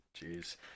Jeez